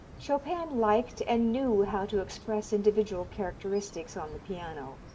chopin liked and knew how to express individual characteristics on the piano.